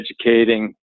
educating